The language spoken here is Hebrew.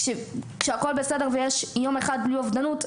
כשהכול בסדר ויש יום אחד בלי אובדנות,